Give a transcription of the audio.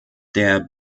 der